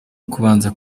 kubanza